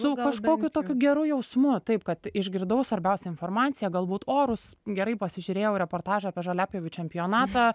su kažkokiu tokiu geru jausmu taip kad išgirdau svarbiausią informaciją galbūt orus gerai pasižiūrėjau reportažą apie žoliapjovių čempionatą